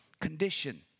Condition